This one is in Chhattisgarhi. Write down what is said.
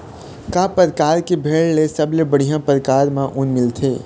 का परकार के भेड़ ले सबले बढ़िया परकार म ऊन मिलथे?